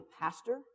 pastor